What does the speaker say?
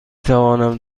توانم